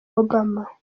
obama